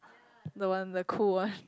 the one the cool one